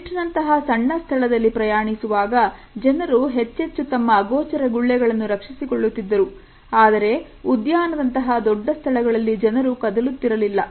lift ನಂತಹ ಸಣ್ಣ ಸ್ಥಳದಲ್ಲಿ ಪ್ರಯಾಣಿಸುವಾಗ ಜನರು ಹೆಚ್ಚೆಚ್ಚು ತಮ್ಮ ಅಗೋಚರ ಗುಳ್ಳೆಗಳನ್ನು ರಕ್ಷಿಸಿ ಕೊಳ್ಳುತ್ತಿದ್ದರು ಆದರೆ ಉದ್ಯಾನದ ಅಂತಹ ದೊಡ್ಡ ಸ್ಥಳಗಳಲ್ಲಿ ಜನರು ಕದಲುತ್ತಿರಲಿಲ್ಲ